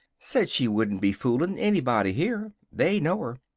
said she wouldn't be fooling anybody here. they know her.